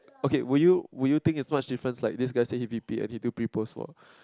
okay will you will you think is much different like this guy say he V_P actually do pre post what